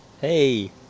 Hey